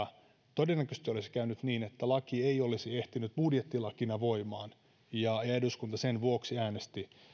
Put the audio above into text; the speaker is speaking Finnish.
todennäköisesti olisi käynyt niin että laki ei olisi ehtinyt budjettilakina voimaan ja ja eduskunta sen vuoksi äänesti